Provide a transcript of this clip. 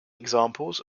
examples